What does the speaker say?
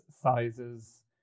sizes